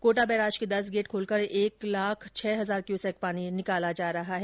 Kota barrage के दस gate खोलकर एक लाख छह हजार क्यूर्सेक पानी निकाला जा रहा है